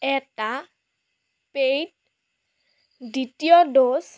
এটা পেইড দ্বিতীয় ড'জ